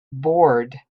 bored